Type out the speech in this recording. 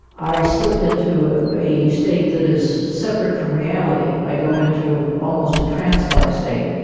i slip into ah a state that is separate from reality, i go into almost a trance-like state.